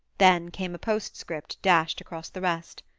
then came a postscript dashed across the rest.